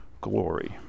glory